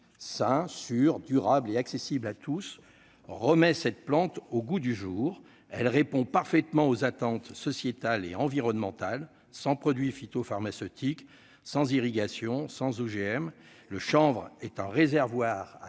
100, sûre, durable et accessible. Tous remet cette plante au goût du jour, elle répond parfaitement aux attentes sociétales et environnementales sans produits phyto-pharmaceutiques sans irrigation sans OGM, le chanvre. étant réservoir à